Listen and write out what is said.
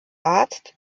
arzt